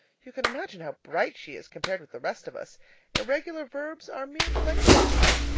you can imagine how bright she is compared with the rest of us irregular verbs are mere playthings.